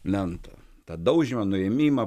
lentą tą daužymą nuėmimą